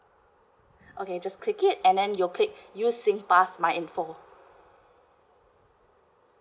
okay just click it and then you click use singpass my info